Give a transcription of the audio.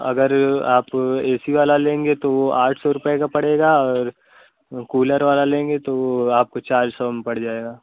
अगर आप A C वाला लेंगे तो वह आठ सौ रुपये का पड़ेगा और कूलर वाला लेंगे तो वह आपको चार सौ में पड़ जाएगा